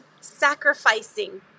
sacrificing